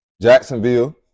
Jacksonville